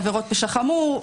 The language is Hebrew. עבירות פשע חמור.